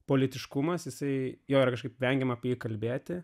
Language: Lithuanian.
politiškumas jisai jos kažkaip vengiama apie jį kalbėti